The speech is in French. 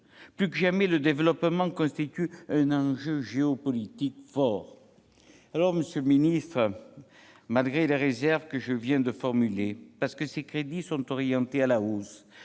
Plus que jamais, le développement constitue un enjeu géopolitique fort. Monsieur le ministre, malgré les réserves que je viens de formuler, parce que ces crédits sont orientés à la hausse